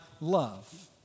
love